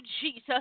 Jesus